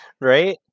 right